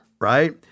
right